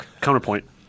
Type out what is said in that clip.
counterpoint